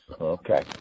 Okay